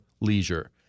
leisure